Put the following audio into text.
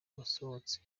basohotse